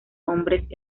hombres